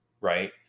right